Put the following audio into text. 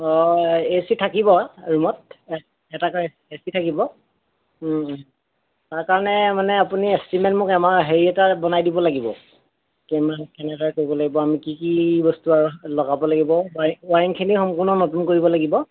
অঁ A C থাকিব ৰূমত এটাকৈ এ চি থাকিব তাৰকাৰণে মানে আপুনি এষ্টিমেট মোক এমাউণ্ট হেৰি এটা বনাই দিব লাগিব কিমান কেনেদৰে কৰিব লাগিব আমি কি কি বস্তু আৰু লগাব লাগিব ৱাইৰিঙখিনি সম্পূৰ্ণ নতুন কৰিব লাগিব